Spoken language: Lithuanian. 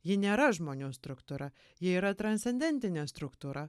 ji nėra žmonių struktūra ji yra transcendentinė struktūra